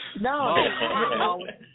No